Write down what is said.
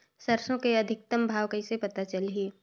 सरसो के अधिकतम भाव कइसे पता चलही?